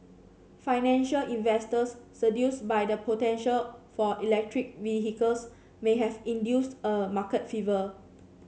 financial investors seduced by the potential for electric vehicles may have induced a market fever